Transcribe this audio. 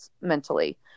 mentally